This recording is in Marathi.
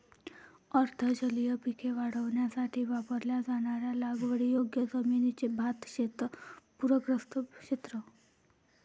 अर्ध जलीय पिके वाढवण्यासाठी वापरल्या जाणाऱ्या लागवडीयोग्य जमिनीचे भातशेत पूरग्रस्त क्षेत्र